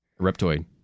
Reptoid